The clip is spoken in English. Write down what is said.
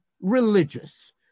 religious